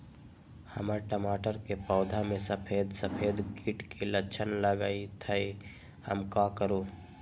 हमर टमाटर के पौधा में सफेद सफेद कीट के लक्षण लगई थई हम का करू?